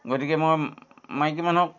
গতিকে মই মাইকী মানুহক